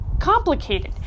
complicated